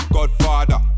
Godfather